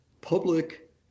public